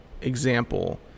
example